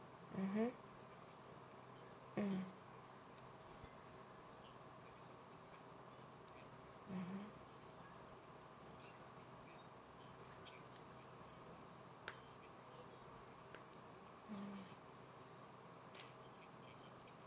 mmhmm mm mmhmm